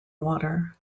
water